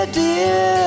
dear